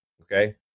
Okay